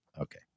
okay